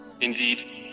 Indeed